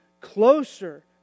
closer